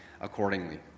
accordingly